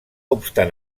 obstant